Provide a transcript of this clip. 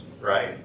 right